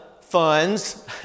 funds